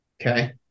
Okay